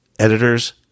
editors